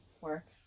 work